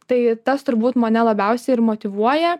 tai tas turbūt mane labiausiai ir motyvuoja